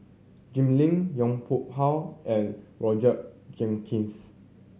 Jim Lim Yong Pung How and Roger Jenkins